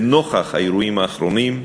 ונוכח האירועים האחרונים,